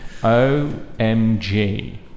OMG